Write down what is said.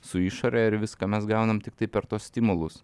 su išore ir viską mes gaunam tiktai per tuos stimulus